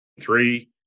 three